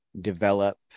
develop